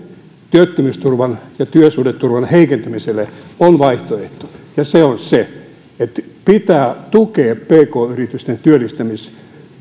työttömyysturvan ja työsuhdeturvan heikentämiselle on vaihtoehto ja se on se että pitää tukea pk yritysten työllistämis